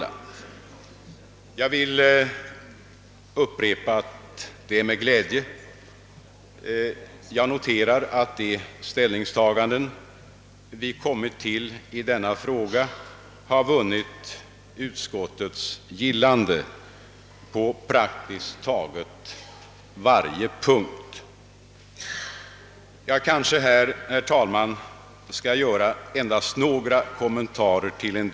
Jag vill erinra om att staten före den 1 januari i år svarade för cirka 25 procent av vårdplatserna vid våra sjukhus. Efter mentalsjukvårdsreformen är staten huvudman för en procent av sjukvårdsinrättningarna och fyra procent av vårdplatserna.